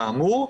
כאמור,